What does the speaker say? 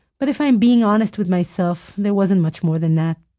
but if i'm being honest with myself, there wasn't much more than that.